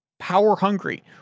power-hungry